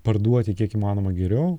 parduoti kiek įmanoma geriau